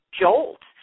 jolt